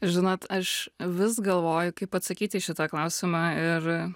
žinot aš vis galvoju kaip atsakyt į šitą klausimą ir